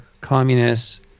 communists